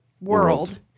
World